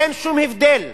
אין שום הבדל.